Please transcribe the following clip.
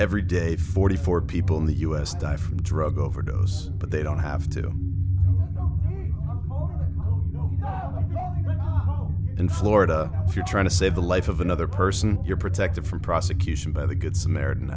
every day forty four people in the u s die from drug overdose but they don't have to do in florida if you're trying to save the life of another person you're protected from prosecution by the good samaritan